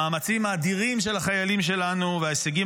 המאמצים האדירים של החיילים שלנו וההישגים